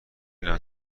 ندارم